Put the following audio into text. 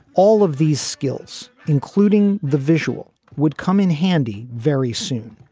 all of these skills, including the visual, would come in handy very soon.